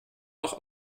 noch